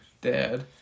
dad